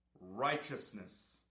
righteousness